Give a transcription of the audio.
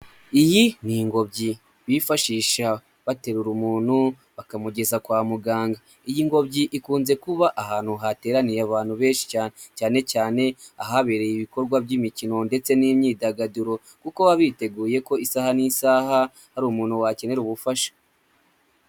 Iyi ni ingobyi bifashisha baterura umuntu bakamugeza kwa muganga. Iyi ngobyi ikunze kuba ahantu hateraniye abantu benshi cyane cyane ahabereye ibikorwa by'imikino ndetse n'imyidagaduro kuko baba biteguye ko isaha n'isaha hari umuntu wakenera ubufasha.